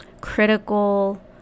critical